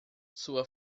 sua